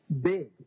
big